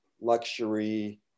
luxury